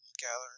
gathering